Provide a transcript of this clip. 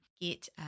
get